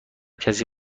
کسی